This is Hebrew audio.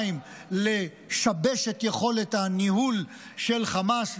לשבש את יכולת הניהול של חמאס,